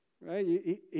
right